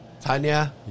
Tanya